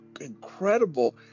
incredible